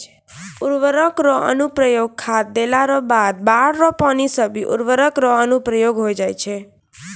उर्वरक रो अनुप्रयोग खाद देला रो बाद बाढ़ रो पानी से भी उर्वरक रो अनुप्रयोग होय जाय छै